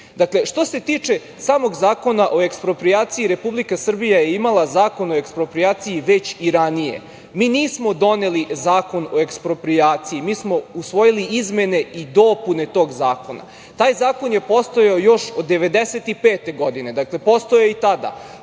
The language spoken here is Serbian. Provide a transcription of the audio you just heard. Tinto".Dakle, što se tiče samog Zakona o eksproprijaciji, Republika Srbija je imala Zakon o eksproprijaciji već i ranije. Mi nismo doneli Zakon o eksproprijaciji, mi smo usvojili izemene i dopune tog zakona. Taj zakon je postojao još od 1995. godine, dakle, postojao je i tada,